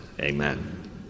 amen